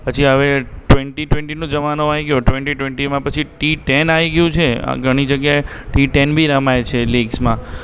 પછી હવે ટ્વેંટી ટ્વેંટીનો જમાનો આવી ગયો ટ્વેન્ટી ટ્વેન્ટીમાં પછી ટી ટૅન આવી ગયું છે ઘણી જગ્યાએ ટી ટૅન બી રમાય છે લીગ્સમાં